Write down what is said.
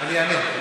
אני אענה.